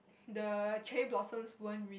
the cherry blossom won't real~